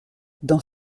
dans